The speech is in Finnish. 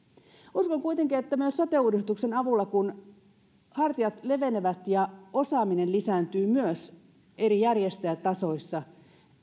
uskon kuitenkin että myös sote uudistuksen avulla kun hartiat levenevät ja osaaminen lisääntyy myös eri järjestäjätasoissa